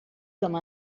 comme